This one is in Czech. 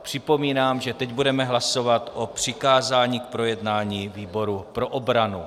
Připomínám, že teď budeme hlasovat o přikázání k projednání výboru pro obranu.